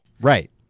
Right